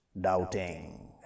doubting